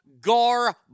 garbage